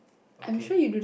okay